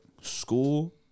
school